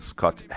Scott